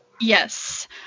yes